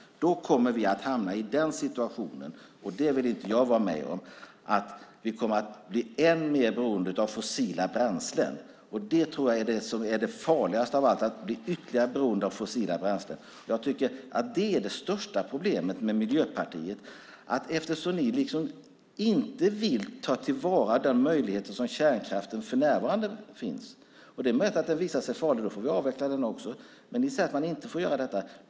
Vi kommer då att hamna i en situation som jag inte vill vara med om. Vi kommer att bli än mer beroende av fossila bränslen. Det farligaste av allt är att bli ytterligare beroende av fossila bränslen. Det största problemet med Miljöpartiet är att ni inte vill ta till vara möjligheterna med den kärnkraft som för närvarande finns. Det är möjligt att den visar sig farlig. Då får vi avveckla den. Men ni säger att man inte får göra detta.